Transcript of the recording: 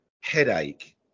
headache